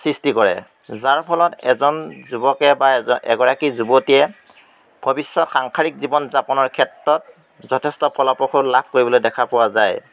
সৃষ্টি কৰে যাৰ ফলত এজন যুৱকে বা এজন এগৰাকী যুৱতীয়ে ভৱিষ্যৎ সাংসাৰিক জীৱন যাপনৰ ক্ষেত্ৰত যথেষ্ট ফলপ্ৰসূ লাভ কৰিবলৈ দেখা পোৱা যায়